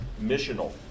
missional